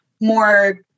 more